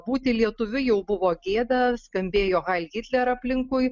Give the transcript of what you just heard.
būti lietuviu jau buvo gėda skambėjo hai hitler aplinkui